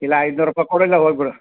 ಇಲ್ಲ ಐದ್ನೂರ ರೂಪಾಯಿ ಕೊಡು ಇಲ್ಲ ಹೋಗ್ಬಿಡು